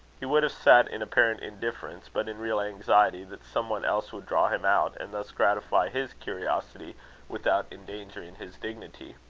he would have sat in apparent indifference, but in real anxiety that some one else would draw him out, and thus gratify his curiosity without endangering his dignity.